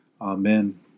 Amen